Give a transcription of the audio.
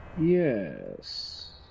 Yes